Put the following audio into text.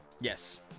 Yes